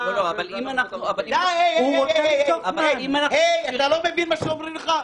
אבל אם אנחנו --- אתה לא מבין מה שאומרים לך?